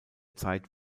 zeit